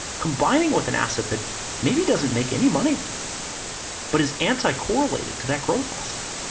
combining with an asset that maybe doesn't make any money but is anti-correlated to that growth asset.